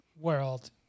world